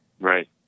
Right